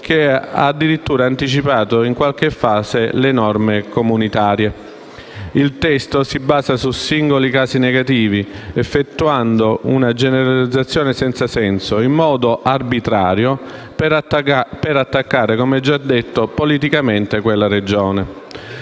che ha addirittura anticipato in qualche fase le norme comunitarie. Il testo si basa su singoli casi negativi, effettuando una generalizzazione senza senso, in modo arbitrario per attaccare - come già detto - politicamente quella Regione.